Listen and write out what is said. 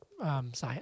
science